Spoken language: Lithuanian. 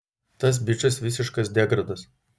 tas bičas visiškas degradas